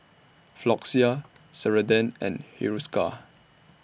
Floxia Ceradan and Hiruscar